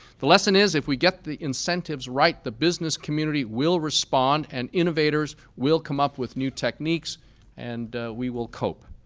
the lesson is if we get the incentives right, the business community will respond and innovators will come up with new techniques and we will cope.